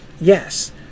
Yes